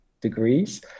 degrees